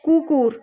কুকুর